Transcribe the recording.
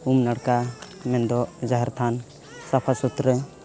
ᱩᱢ ᱱᱟᱲᱠᱟ ᱢᱮᱱᱫᱚ ᱡᱟᱦᱮᱨ ᱛᱷᱟᱱ ᱥᱟᱯᱷᱟᱼᱥᱩᱛᱨᱟᱹ